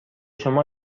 شما